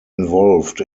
involved